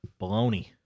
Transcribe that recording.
baloney